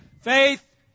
Faith